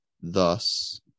thus